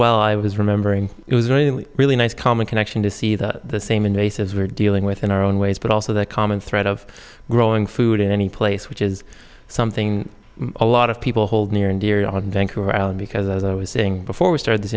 well i was remembering it was really really nice common connection to see the same invasive as we're dealing with in our own ways but also the common thread of growing food in any place which is something a lot of people hold near and dear god thank you allan because as i was saying before we started this